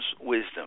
wisdom